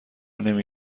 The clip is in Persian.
نمی